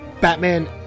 Batman